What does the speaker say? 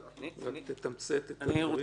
תתמצת, בבקשה.